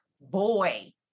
boy